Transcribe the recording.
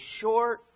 short